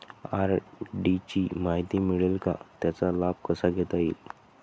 RD ची माहिती मिळेल का, त्याचा लाभ कसा घेता येईल?